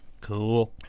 Cool